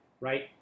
right